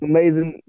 Amazing